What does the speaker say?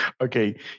Okay